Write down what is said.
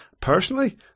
personally